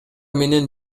менен